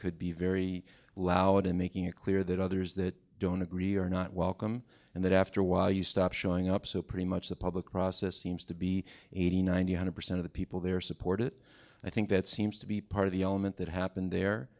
could be very loud and making it clear that others that don't agree are not welcome and that after a while you stop showing up so pretty much the public process seems to be eighty ninety hundred percent of the people there support it i think that seems to be part of the element that happened there